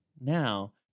now